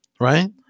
right